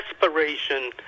desperation